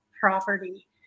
property